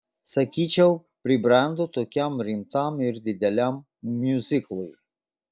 sakyčiau pribrendo tokiam rimtam ir dideliam miuziklui